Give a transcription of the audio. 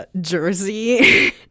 Jersey